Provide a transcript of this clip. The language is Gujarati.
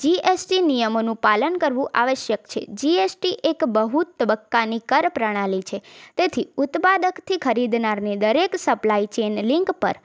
જી એસ ટી નિયમોનું પાલન કરવું આવશ્યક છે જી એસ ટી એક બહુ તબક્કાની કર પ્રણાલી છે તેથી ઉત્પાદકથી ખરીદનારને દરેક સપ્લાય ચેન લિન્ક પર